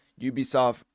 ubisoft